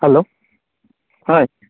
hello হয়